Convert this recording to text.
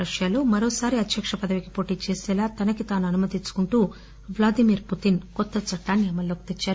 రష్యాలో మరోసారి అధ్యక్ష పదవికి పోటీ చేసేలా తనకి తాను అనుమతి ఇచ్చుకుంటూ వ్లాదిమిర్ పుతిస్ కొత్త చట్టాన్ని అమల్లోకి తెచ్చారు